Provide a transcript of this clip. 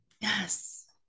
Yes